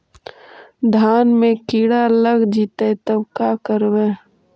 धान मे किड़ा लग जितै तब का करबइ?